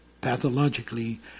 pathologically